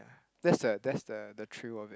that's a that's the thrill of it